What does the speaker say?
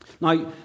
Now